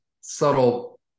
subtle